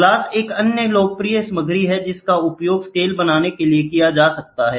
glass एक अन्य लोकप्रिय सामग्री है जिसका उपयोग स्केल बनाने के लिए किया जाता है